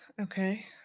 okay